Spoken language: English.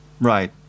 Right